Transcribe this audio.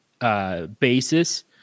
basis